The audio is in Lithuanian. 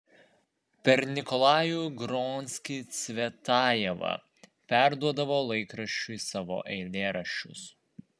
per nikolajų gronskį cvetajeva perduodavo laikraščiui savo eilėraščius